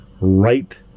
right